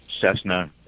Cessna